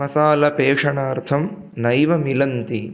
मसालपेषणार्थं नैव मिलन्ति